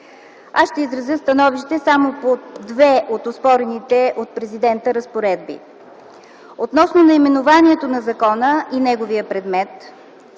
Аз ще изразя становище само по две от оспорените от Президента разпоредби. Относно наименованието на закона и неговия предмет.